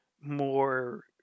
more